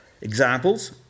Examples